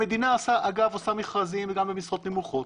אגב, המדינה עושה מכרזים גם במשרות נמוכות.